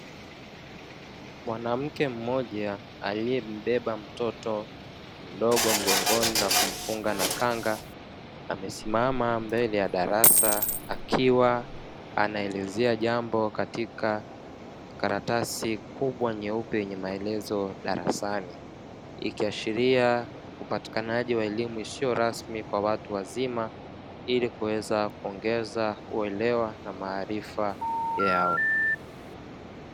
Mwanamke mmoja aliyembeba mtoto mdogo mgongoni na kumfunga na khanga amesimama mbele ya darasa akiwa anaelezea jambo katika karatasi kubwa nyeupe yenye maelezo darasani; ikiashiria upatikanaji wa elimu isiyo rasmi kwa watu wazima ili kuweza kuongeza uelewa na maarifa yao.